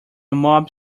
mob